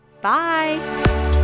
Bye